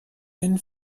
den